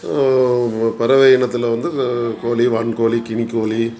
பறவை இனத்தில் வந்து கோழி வான்கோழி கினிக் கோழி